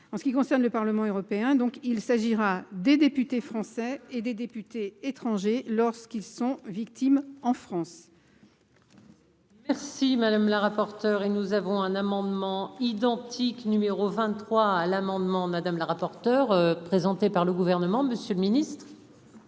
en ce qui concerne le Parlement européen, donc il s'agira des députés français et des députés étrangers lorsqu'ils sont victimes en France. Merci madame la rapporteure et nous avons un amendement identique numéro 23 à l'amendement Madame la rapporteure, présenté par le gouvernement, Monsieur le Ministre.